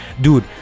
Dude